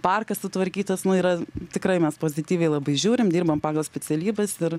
parkas sutvarkytas nu yra tikrai mes pozityviai labai žiūrim dirbam pagal specialybes ir